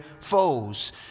foes